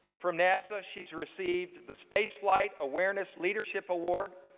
from nasa she's received the space flight awareness leadership award,